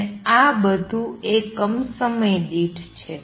અને આ બધું એકમ સમય દીઠ છે